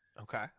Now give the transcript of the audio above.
Okay